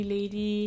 Lady